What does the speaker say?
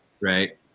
right